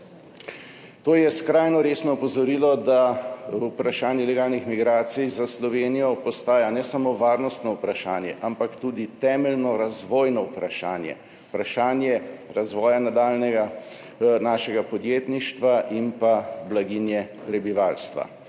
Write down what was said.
To je skrajno resno opozorilo, da vprašanje ilegalnih migracij za Slovenijo postaja ne samo varnostno vprašanje, ampak tudi temeljno razvojno vprašanje, vprašanje našega nadaljnjega razvoja podjetništva in pa blaginje prebivalstva,